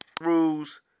rules